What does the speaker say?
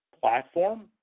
platform